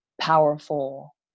powerful